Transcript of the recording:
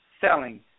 selling